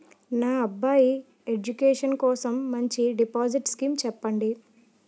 నా అబ్బాయి ఎడ్యుకేషన్ కోసం మంచి డిపాజిట్ స్కీం చెప్పండి